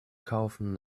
kaufen